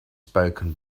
spoken